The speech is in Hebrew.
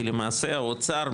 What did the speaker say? כי למעשה האוצר,